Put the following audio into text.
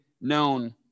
known